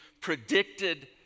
predicted